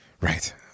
Right